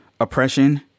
oppression